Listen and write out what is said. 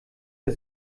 der